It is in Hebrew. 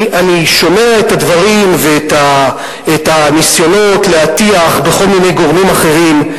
אני שומע את הדברים ואת הניסיונות להטיח בכל מיני גורמים אחרים.